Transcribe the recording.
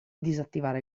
disattivare